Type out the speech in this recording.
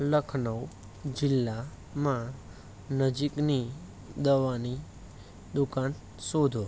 લખનઉ જિલ્લામાં નજીકની દવાની દુકાન શોધો